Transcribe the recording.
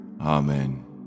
Amen